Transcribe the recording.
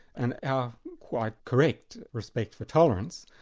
and our quite correct respect for tolerance,